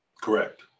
Correct